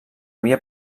havia